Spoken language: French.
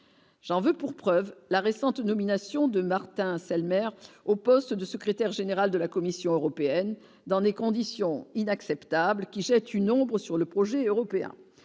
j'en veux pour preuve la récente nomination de Martin Selmayr au poste de secrétaire général de la Commission européenne dans des conditions inacceptables qui jette une ombre sur le projet européen,